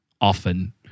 often